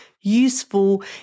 useful